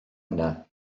hwnna